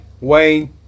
Wayne